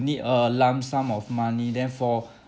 need a lump sum of money then for